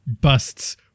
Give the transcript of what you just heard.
busts